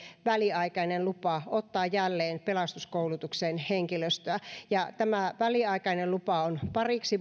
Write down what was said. väliaikainen lupa ottaa jälleen pelastuskoulutukseen henkilöstöä tämä väliaikainen lupa on pariksi